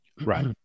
Right